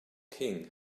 king